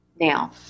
Now